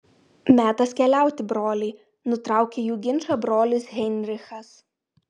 metas keliauti broliai nutraukė jų ginčą brolis heinrichas